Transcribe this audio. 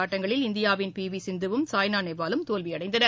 ஆட்டங்களில் இந்தியாவின் P V சிந்துவும் சாய்னா நேவாலும் தோல்வியடைந்தனர்